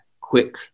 quick